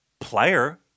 player